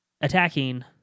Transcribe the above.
attacking